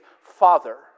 Father